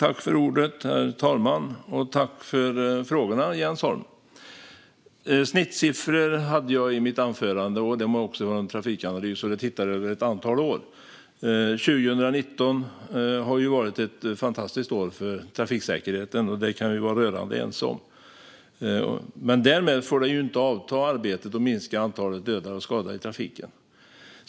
Herr talman! Tack för frågorna, Jens Holm! Jag nämnde snittsiffror i mitt anförande och vad Trafikanalys har kommit fram till sett under ett antal år. År 2019 har varit fantastiskt för trafiksäkerheten; det kan vi vara rörande ense om. Men därmed får inte arbetet avta med att minska antalet dödade och skadade i trafiken.